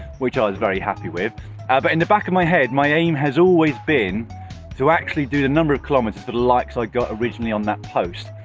which i was very happy with. ah but in the back of my head, my aim has always been to actually do the number of kilometers for the likes i got originally on that post.